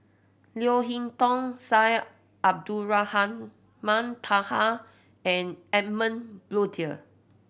Leo Hee Tong Syed Abdulrahman Taha and Edmund Blundell